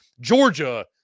Georgia